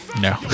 No